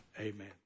Amen